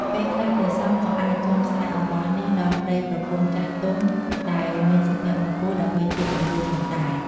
ពេលខ្លះ ព្រះសង្ឃក៏អាចចងខ្សែអំបោះនេះដល់ប្ដីប្រពន្ធចាស់ទុំដែលមានសុភមង្គលដើម្បីជាគំរូផងដែរ។